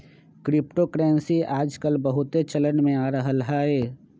crypto currency याजकाल बहुते चलन में आ रहल हइ